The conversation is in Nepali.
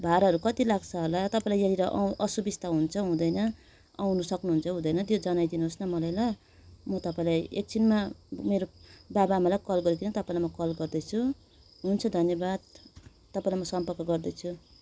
भाडाहरू कति लाग्छ होला तपाईँलाई याँनिर आउन् असुबिस्ता हुन्छ हुँदैन आउनु सक्नुहुन्छ हुँदैन त्यो जनाइदिनुहोस् न मलाई ल म तपाईँलाई एकछिनमा मेरो बाबा आमालाई कल गरीकन तपाईँलाई म कल गर्दैछु हुन्छ धन्यवात तपाईँलाई म सम्पर्क गर्दैछु